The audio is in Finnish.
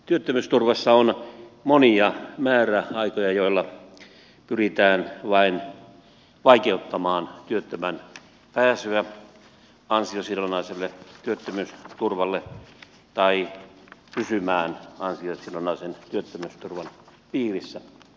työttömyysturvassa on monia määräaikoja joilla pyritään vain vaikeuttamaan työttömän pääsyä ansiosidonnaiselle työttömyysturvalle tai pysymistä ansiosidonnaisen työttömyysturvan piirissä